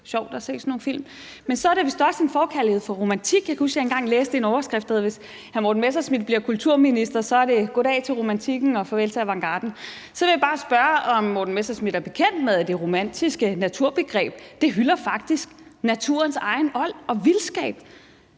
sjovt at se sådan nogle film – men der er vist også en forkærlighed for romantikken. Jeg kan huske, jeg engang læste en overskrift om, at det, hvis hr. Morten Messerschmidt blev kulturminister, så var goddag til romantikken og farvel til avantgarden. Så vil jeg bare spørge, om hr. Morten Messerschmidt er bekendt med, at det romantiske naturbegreb faktisk hylder naturens egen ånd og vildskab,